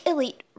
Elite